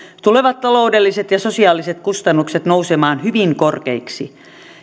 tulevat taloudelliset ja sosiaaliset kustannukset nousemaan hyvin korkeiksi